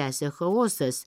tęsia chaosas